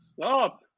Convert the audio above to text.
Stop